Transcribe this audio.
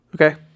Okay